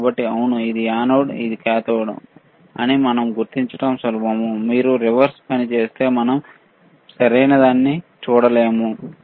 కాబట్టి అవును ఇది యానోడ్ ఇది కాథోడ్ అని మేము గుర్తించడం సులభం మీరు రివర్స్ పని చేస్తే మనం సరైనదాన్ని చూడలేము